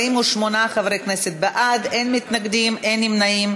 48 חברי כנסת בעד, אין מתנגדים, אין נמנעים.